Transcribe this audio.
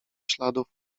śladów